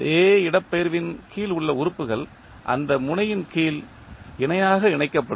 அதே இடப்பெயர்வின் கீழ் உள்ள உறுப்புகள் அந்த முனையின் கீழ் இணையாக இணைக்கப்படும்